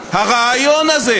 הרעיון הזה,